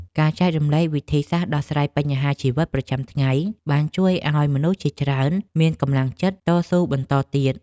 ការចែករំលែកវិធីសាស្ត្រដោះស្រាយបញ្ហាជីវិតប្រចាំថ្ងៃបានជួយឱ្យមនុស្សជាច្រើនមានកម្លាំងចិត្តតស៊ូបន្តទៀត។